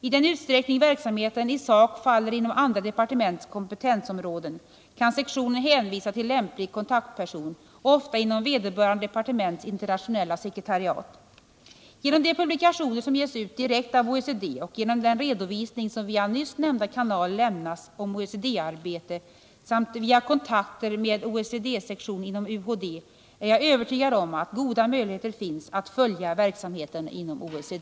I den utsträckning verksamheten i sak faller inom andra departements kompetensområden kan sektionen hänvisa till lämplig kontaktperson, ofta inom vederbörande departements internationella sekretariat. Genom de publikationer som ges ut direkt av OECD och genom den redovisning, som via nyss nämnda kanaler lämnas om OECD-arbete, samt via kontakter med OECD-sektionen inom utrikesoch handelsdepartementen är jag övertygad om att goda möjligheter finns att följa verksamheten inom OECD.